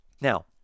Now